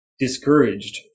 discouraged